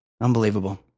Unbelievable